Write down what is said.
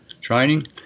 training